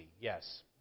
yes